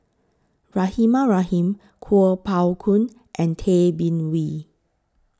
Rahimah Rahim Kuo Pao Kun and Tay Bin Wee